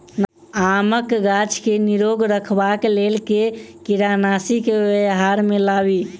आमक गाछ केँ निरोग रखबाक लेल केँ कीड़ानासी केँ व्यवहार मे लाबी?